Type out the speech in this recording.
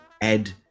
Ed